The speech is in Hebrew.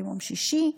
ביום שישי.